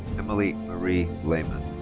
emily marie lehman.